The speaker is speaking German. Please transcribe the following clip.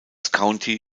county